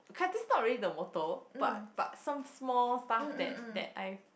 okay ah this is not really the motto but but some small stuff that that I